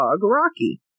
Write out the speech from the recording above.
rocky